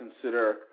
consider